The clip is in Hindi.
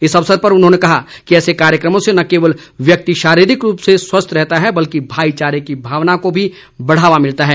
इस अवसर पर उन्होंने कहा कि ऐसे कार्यक्रमों से न केवल व्यक्ति शारीरिक रूप से स्वस्थ रहता है बल्कि भाईचारे की भावना को भी बढ़ावा मिलता है